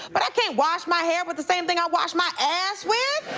but i can't wash my hair with the same thing i wash my ass with,